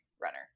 runner